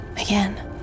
Again